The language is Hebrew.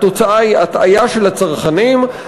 והתוצאה היא הטעיה של צרכנים,